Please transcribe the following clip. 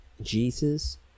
jesus